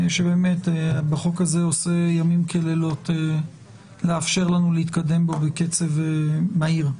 שבחוק הזה עושה לילות כימים לאפשר לנו להתקדם בקצב מהיר.